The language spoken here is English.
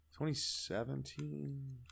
2017